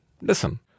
listen